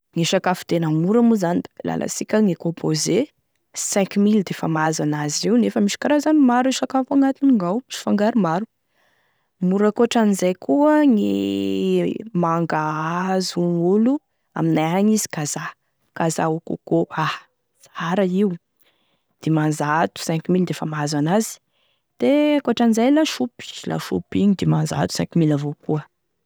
Gne sakafo tena mora moa zany lalasika gne composé cinq mille defa mahazo an'azy io nefa misy karazany maro e sakafo agnatin'ao, misy fangaro maro, mora ankoatran'izay koa gne mangahazo hoy gn'olo aminay agny izy kazaha, kazaha au coco a sara io, dimanzato, cinq mille defa mahazo an'azy de ankoatran'izay lasopy, lasopy igny dimanzato, cinq mille avao koa.